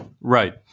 Right